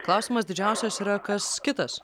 klausimas didžiausias yra kas kitas